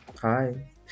Hi